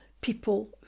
people